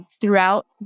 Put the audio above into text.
throughout